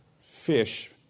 fish